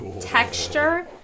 texture